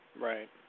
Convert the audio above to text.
Right